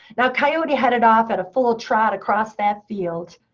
now coyote headed off at a full trot across that field.